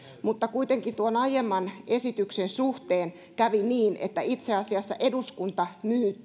mutta kuitenkin tuon aiemman esityksen suhteen kävi niin että itse asiassa eduskunta